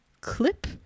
clip